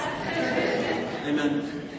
Amen